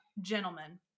Gentlemen